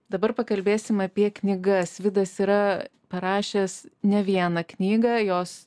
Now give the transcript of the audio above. dabar pakalbėsim apie knygas vidas yra parašęs ne vieną knygą jos